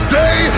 day